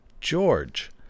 George